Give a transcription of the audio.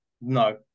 No